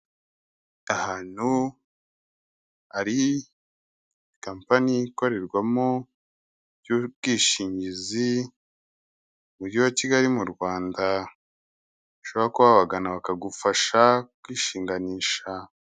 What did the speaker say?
Ahantu hari compani ikorerwamo iby'ubwishingizi mu mujyi wa Kigali mu Rwanda. Ushobora kuba wabagana bakagufasha kwishinganisha.